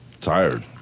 tired